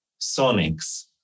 sonics